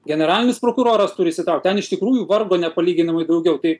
generalinis prokuroras turi įsitraukt ten iš tikrųjų vargo nepalyginamai daugiau tai